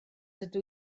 ydw